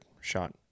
shot